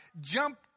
jump